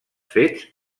fets